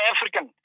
African